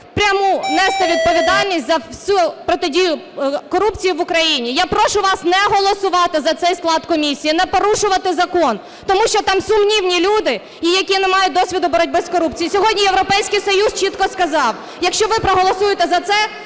пряму нести відповідальність за всю протидію корупції в Україні. Я прошу вас не голосувати за цей склад комісії, не порушувати закон, тому що там сумнівні люди, які не мають досвіду боротьби з корупцією. Сьогодні Європейський Союз чітко сказав: якщо ви проголосуєте за це,